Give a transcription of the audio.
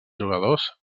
jugadors